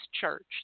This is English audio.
church